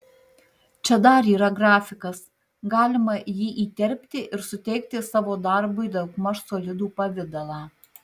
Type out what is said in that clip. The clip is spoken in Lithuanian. čia dar yra grafikas galima jį įterpti ir suteikti savo darbui daugmaž solidų pavidalą